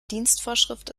dienstvorschrift